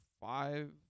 five